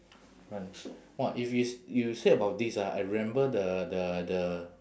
run !wah! if you s~ you say about this ah I remember the the the